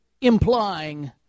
implying